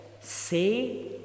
Say